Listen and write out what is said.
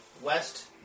west